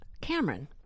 Cameron